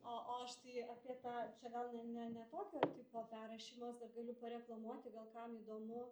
o o aš tai apie tą čia gal ne ne ne tokio tipo perrašymas dar galiu pareklamuoti gal kam įdomu